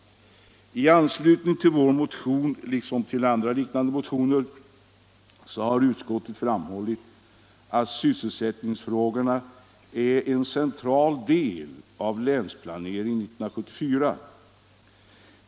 I anslutning till vår motion, liksom till andra, liknande motioner, har utskottet framhållit att sysselsättningsfrågorna är en central del av Länsplanering 1974.